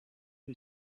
who